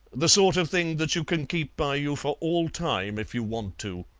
the sort of thing that you can keep by you for all time if you want to.